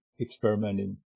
experimenting